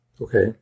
Okay